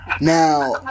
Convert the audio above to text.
Now